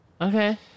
Okay